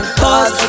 pause